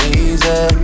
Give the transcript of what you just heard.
easy